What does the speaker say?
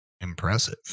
Impressive